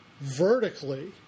vertically